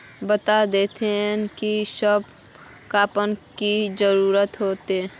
बता देतहिन की सब खापान की जरूरत होते?